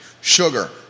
Sugar